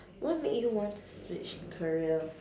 what make you want to switch careers